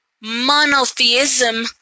monotheism